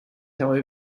towel